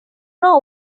know